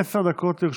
אדוני, עשר דקות לרשותך.